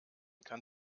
kann